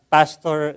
Pastor